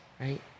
right